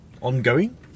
Ongoing